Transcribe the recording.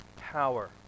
power